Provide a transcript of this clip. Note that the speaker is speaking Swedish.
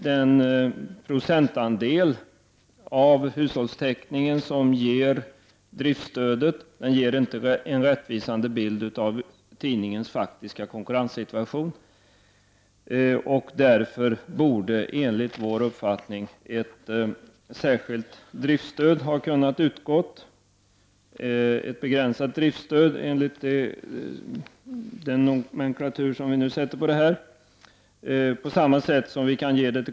Den procentandel av hushållstäckningen som ger driftsstödet visar ingen rättvisande bild av tidningens faktiska konkurrenssituation. Därför borde enligt vår uppfattning ett särskilt men begränsat driftsstöd ha kunnat utgå.